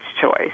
choice